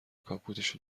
کاپوتشو